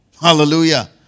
Hallelujah